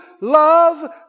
love